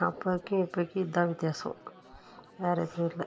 அப்பைக்கும் இப்பைக்கும் இதான் வித்தியாசம் வேறு எதுவும் இல்லை